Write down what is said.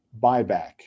buyback